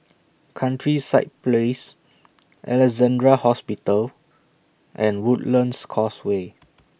Countryside Place Alexandra Hospital and Woodlands Causeway